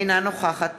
אינה נוכחת